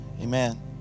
Amen